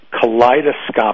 kaleidoscopic